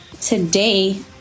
today